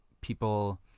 people